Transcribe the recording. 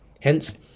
Hence